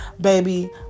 Baby